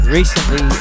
recently